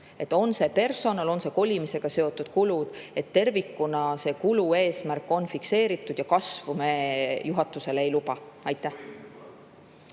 On see personal, on see kolimisega seotud kulu – tervikuna on kulueesmärk fikseeritud ja kasvu me juhatusele ei luba.